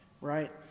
right